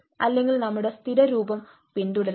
അല്ലെങ്കിൽ നമ്മുടെ സ്ഥിരരൂപം സ്റ്റീരിയോടൈപ്പ് പിന്തുടരുന്നു